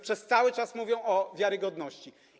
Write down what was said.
Przez cały czas mówią o wiarygodności.